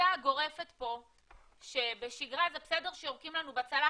התפיסה הגורפת פה שבשגרה זה בסדר שיורקים לנו בצלחת,